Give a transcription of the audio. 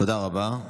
תודה רבה.